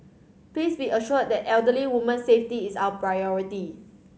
please be assured that elderly woman's safety is our priority